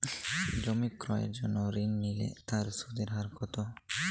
জমি ক্রয়ের জন্য ঋণ নিলে তার সুদের হার কতো?